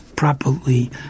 properly